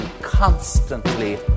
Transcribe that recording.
constantly